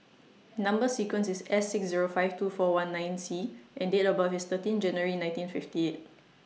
Number sequence IS S six Zero five two four one nine C and Date of birth IS thirteen January nineteen fifty eight